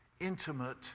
intimate